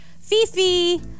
Fifi